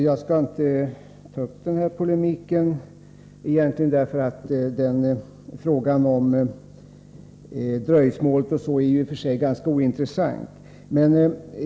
Herr talman! Jag skall egentligen inte ta upp den här polemiken, eftersom frågan om dröjsmål är ganska ointressant.